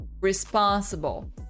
responsible